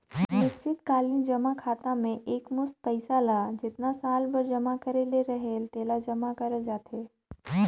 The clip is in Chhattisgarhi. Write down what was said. निस्चित कालीन जमा खाता में एकमुस्त पइसा ल जेतना साल बर जमा करे ले रहेल तेला जमा करल जाथे